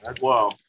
Wow